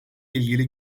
ilgili